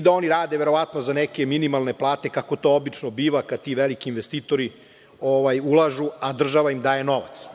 da oni rade verovatno za neke minimalne plate, kako to obično biva kada ti veliki investitori ulažu, a država im daje novac.